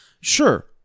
sure